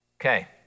Okay